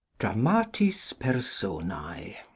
dramatis personae.